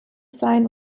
sein